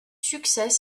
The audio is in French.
succès